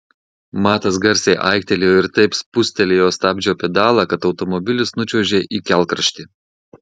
matas garsiai aiktelėjo ir taip spustelėjo stabdžio pedalą kad automobilis nučiuožė į kelkraštį